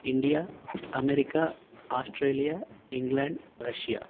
India America Australia England Russia